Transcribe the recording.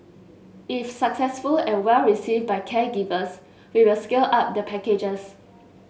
if successful and well received by caregivers we will scale up the packages